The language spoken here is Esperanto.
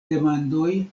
demandoj